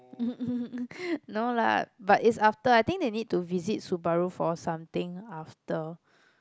no lah but it's after I think they need to visit Subaru for something after